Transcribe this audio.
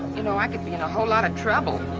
you know, i could be in a whole lot of trouble.